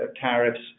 tariffs